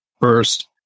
first